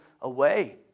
away